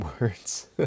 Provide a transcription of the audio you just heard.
words